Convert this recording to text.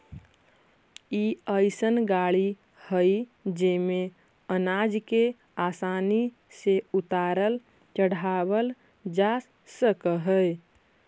ई अइसन गाड़ी हई जेमे अनाज के आसानी से उतारल चढ़ावल जा सकऽ हई